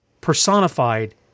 personified